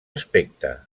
aspecte